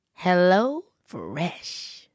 HelloFresh